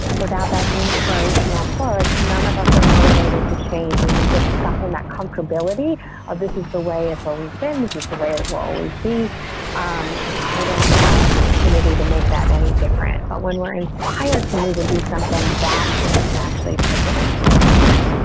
without that inspirational porsche. none of us are motivated to change and get stuck in that comfortability of this is the way it's always been this is the way it will always be and i don't have an opportunity to make that any different. but when we're inspired to move into something that's when we can actually take it into a movement.